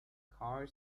car